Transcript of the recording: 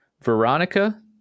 Veronica